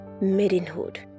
maidenhood